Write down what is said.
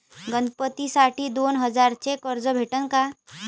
गणपतीसाठी दोन हजाराचे कर्ज भेटन का?